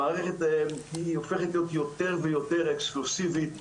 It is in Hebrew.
המערכת הופכת להיות יותר ויותר אקסקלוסיבית.